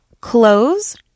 clothes